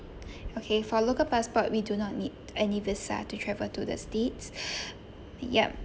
okay for local passport we do not need any visa to travel to the states yup